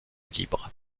libre